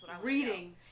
Reading